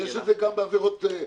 יש את זה גם בעבירות בטיחות,